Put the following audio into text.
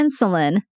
insulin